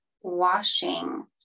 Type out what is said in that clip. washing